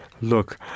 Look